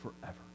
forever